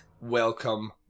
welcome